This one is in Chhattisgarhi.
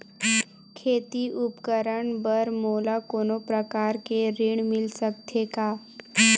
खेती उपकरण बर मोला कोनो प्रकार के ऋण मिल सकथे का?